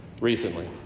recently